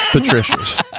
Patricia's